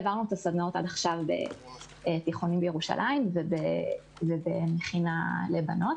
העברנו את הסדנאות עד עכשיו בתיכונים בירושלים ובמכינה לבנות.